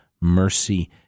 mercy